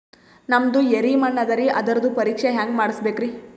ನಮ್ದು ಎರಿ ಮಣ್ಣದರಿ, ಅದರದು ಪರೀಕ್ಷಾ ಹ್ಯಾಂಗ್ ಮಾಡಿಸ್ಬೇಕ್ರಿ?